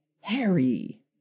Harry